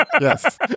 Yes